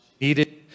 needed